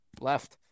Left